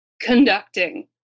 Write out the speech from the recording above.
Conducting